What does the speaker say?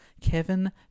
Kevin